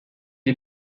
est